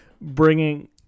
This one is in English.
bringing